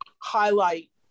highlight